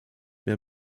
mehr